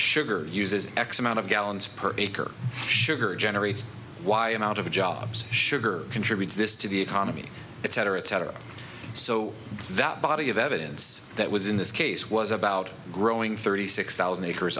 sugar uses x amount of gallons per acre sugar generates y amount of jobs sugar contributes this to the economy etc etc so that body of evidence that was in this case was about growing thirty six thousand acres